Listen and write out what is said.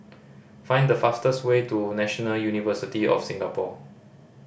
find the fastest way to National University of Singapore